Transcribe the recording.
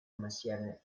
messiaen